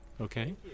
okay